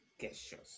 Gestures